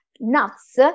nuts